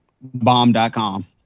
Bomb.com